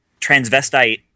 transvestite